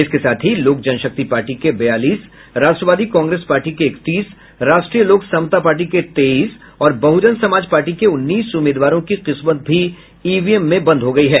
इसके साथ ही लोक जनशक्ति पार्टी के बयालीस राष्ट्रवादी कांग्रेस पार्टी के इकतीस राष्ट्रीय लोक समता पार्टी के तेईस और बहुजन समाज पार्टी के उन्नीस उम्मीदवारों की किस्मत भी ईवीएम में बंद हो गयी है